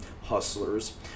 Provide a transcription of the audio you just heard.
hustlers